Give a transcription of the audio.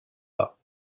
pas